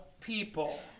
people